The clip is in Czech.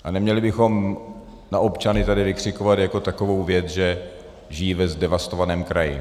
A neměli bychom na občany tady vykřikovat takovou věc, že žijí ve zdevastovaném kraji.